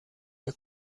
der